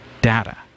data